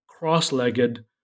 cross-legged